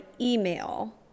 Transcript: email